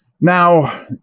Now